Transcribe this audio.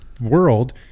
world